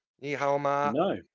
No